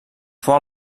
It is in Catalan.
fou